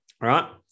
right